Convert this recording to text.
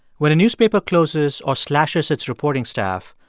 when a newspaper closes or slashes its reporting staff,